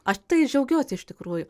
aš tai džiaugiuosi iš tikrųjų